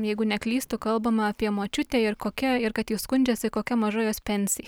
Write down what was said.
jeigu neklystu kalbama apie močiutę ir kokia ir kad ji skundžiasi kokia maža jos pensija